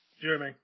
Jeremy